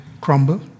crumble